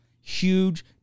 Huge